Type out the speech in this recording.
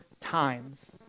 times